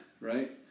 right